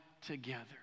together